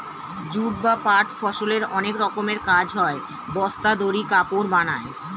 jute বা পাট ফসলের অনেক রকমের কাজ হয়, বস্তা, দড়ি, কাপড় বানায়